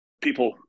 people